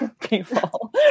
people